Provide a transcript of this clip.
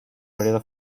periodo